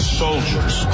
soldiers